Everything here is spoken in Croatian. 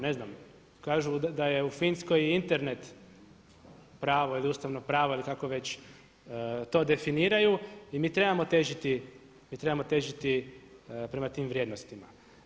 Ne znam, kažu da je u Finskoj Internet pravo ili ustavno pravo ili kako već to definiraju i mi trebamo težiti prema tim vrijednostima.